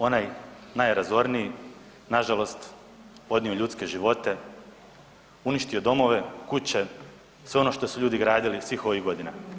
Onaj najrazorniji nažalost odnio ljudske živote, uništio domove, kuće, sve ono što su ljudi gradili svih ovih godina.